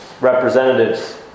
representatives